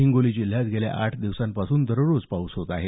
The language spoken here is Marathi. हिंगोली जिल्ह्यात गेल्या आठ दिवसांपासून दररोज पाऊस होत आहे